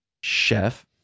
chef